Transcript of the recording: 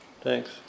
Thanks